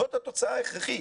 זאת התוצאה ההכרחית.